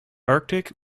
arctic